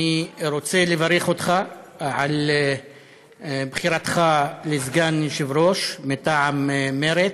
אני רוצה לברך אותך על בחירתך לסגן יושב-ראש מטעם מרצ.